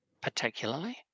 particularly